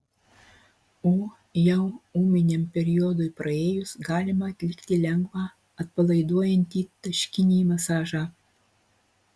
o jau ūminiam periodui praėjus galima atlikti lengvą atpalaiduojantį taškinį masažą